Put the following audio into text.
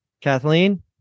Kathleen